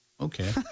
okay